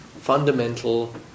fundamental